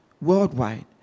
worldwide